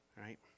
Right